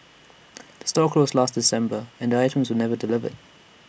the store closed last December and the items were never delivered